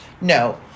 No